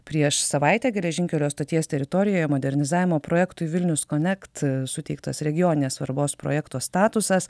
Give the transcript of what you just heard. prieš savaitę geležinkelio stoties teritorijoje modernizavimo projektui vilnius konekt suteiktas regioninės svarbos projekto statusas